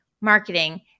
marketing